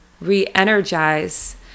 re-energize